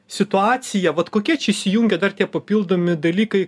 situaciją vat kokie čia įsijungia dar tie papildomi dalykai